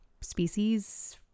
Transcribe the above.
species